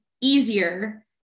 easier